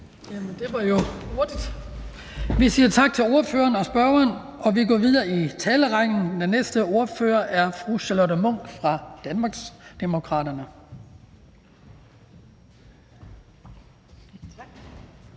Det var jo hurtigt. Vi siger tak til ordføreren og spørgeren og går videre i talerækken. Den næste ordfører er fru Charlotte Munch fra Danmarksdemokraterne.